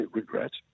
regret